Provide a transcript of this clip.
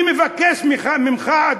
אני מבקש ממך,